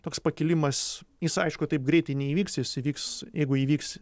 toks pakilimas jis aišku taip greitai neįvyks jis įvyks jeigu įvyks